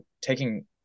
taking